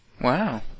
Wow